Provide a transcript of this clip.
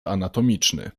anatomiczny